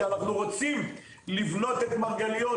כי אנחנו רוצים לבנות את מרגליות,